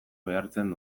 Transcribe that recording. behartzen